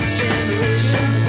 generation